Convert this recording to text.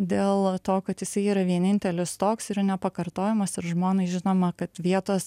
dėl to kad jisai yra vienintelis toks ir nepakartojamas ir žmonai žinoma kad vietos